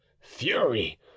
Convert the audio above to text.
fury